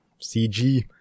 CG